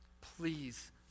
Please